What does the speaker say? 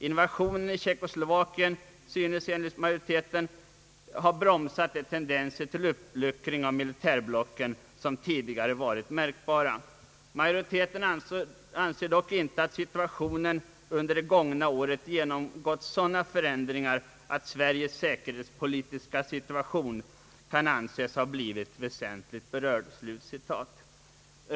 »Invasionen i Tjeckoslovakien synes enligt majoriteten ha bromsat de tendenser till uppluckring av militärblocken som tidigare varit märkbara.» Majoriteten anser dock inte att situationen »under det gångna året genomgått sådana förändringar att Sveriges säkerhetspolitiska situation kan anses ha blivit väsentligt berörd».